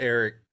Eric